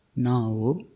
Now